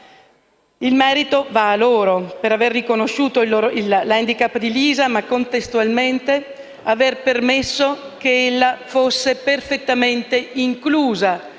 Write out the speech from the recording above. Il merito va a loro, per avere riconosciuto l'*handicap* di Lisa ma, contestualmente, aver permesso che ella fosse perfettamente inclusa».